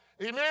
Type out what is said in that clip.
Amen